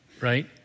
right